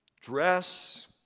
Dress